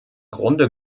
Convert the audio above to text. grunde